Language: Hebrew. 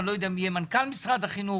אני לא יודע מי יהיה מנכ"ל משרד החינוך,